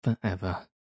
forever